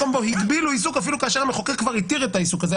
שבו הגבילו עיסוק אפילו כאשר המחוקק כבר התיר את העיסוק הזה.